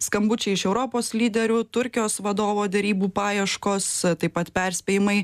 skambučiai iš europos lyderių turkijos vadovo derybų paieškos taip pat perspėjimai